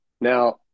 Now